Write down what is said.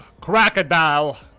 Crocodile